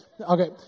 Okay